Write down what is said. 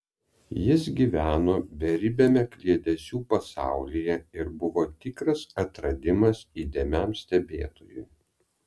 jis gyveno beribiame kliedesių pasaulyje ir buvo tikras atradimas įdėmiam stebėtojui